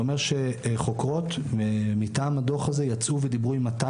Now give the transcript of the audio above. זה אומר שחוקרות יצאו ודיברו עם 200